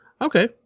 okay